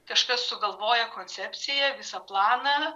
kažkas sugalvoja koncepciją visą planą